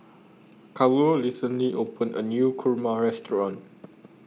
Carlo recently opened A New Kurma Restaurant